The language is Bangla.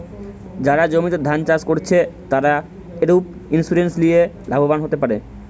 যারা জমিতে ধান চাষ কোরছে, তারা ক্রপ ইন্সুরেন্স লিয়ে লাভবান হোতে পারে